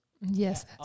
yes